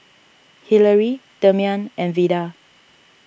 Hillary Demian and Veda